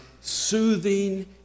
soothing